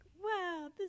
wow